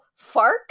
Fark